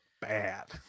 bad